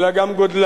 אלא גם גודלן,